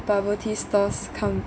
bubble tea stores come